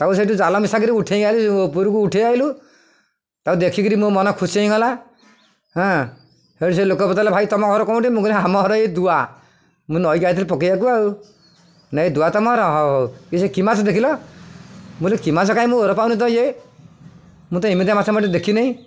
ତାକୁ ସେଇଠୁ ଜାଲ ମିଶାକରି ଉଠେଇ ଆଣିଲି ଉପରକୁ ଉଠେଇ ଆଣିଲୁ ତାକୁ ଦେଖିକିରି ମୋ ମନ ଖୁସି ହେଇଗଲା ହଁ ହେଟୁ ସେ ଲୋକ ପଚାରିଲେ ଭାଇ ତମ ଘର କେଉଁଠି ମୁଁ କହ ଆମ ଘର ଏଇ ଦୁଆ ମୁଁ ନଈକୁ ଆସିଥିଲି ପକେଇବାକୁ ଆଉ ଭାଇ ଦୁଆ ତମ ଘର ହଉ ହଉ ସେ କି ମାଛ ଦେଖିଲ ମୁଁ କି ମାଛ କାଇଁ ମୁଁ ଘର ପାଉନି ତ ଇଏ ମୁଁ ତ ଏମିତି ମାଛ ଏଇଠି ଦେଖିନି ଦେଖିନହିଁ